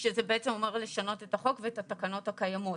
שזה בעצם אומר לשנות את החוק ואת התקנות הקיימות.